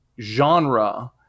genre